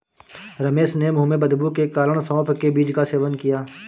रमेश ने मुंह में बदबू के कारण सौफ के बीज का सेवन किया